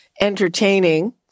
entertaining